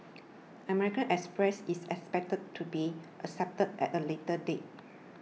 American Express is expected to be accepted at a later date